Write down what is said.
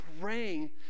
praying